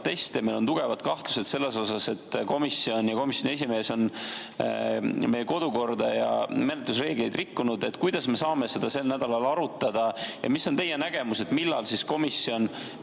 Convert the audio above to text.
proteste, meil on tugevad kahtlused selles, et komisjon ja komisjoni esimees on meie kodukorda ja menetlusreegleid rikkunud. Kuidas me saame seda sel nädalal arutada? Ja milline on teie nägemus, millal siis komisjon